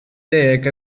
deg